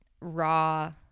raw